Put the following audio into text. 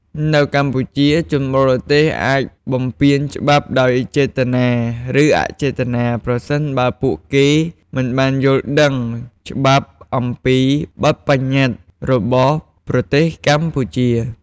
នៅកម្ពុជា ជនបរទេសអាចបំពានច្បាប់ដោយចេតនា ឬអចេតនាប្រសិនបើពួកគេមិនបានយល់ដឹងច្បាស់អំពីបទប្បញ្ញត្តិរបស់ប្រទេសកម្ពុជា។